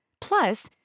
Plus